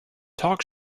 talk